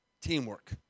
Teamwork